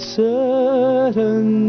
certain